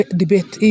debate